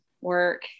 work